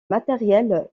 matériels